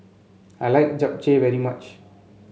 I like Japchae very much